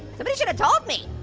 somebody should've told me.